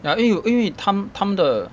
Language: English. ya 因为因为他他们的